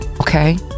Okay